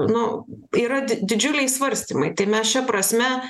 nu yra di didžiuliai svarstymai tai mes šia prasme